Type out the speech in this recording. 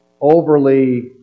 overly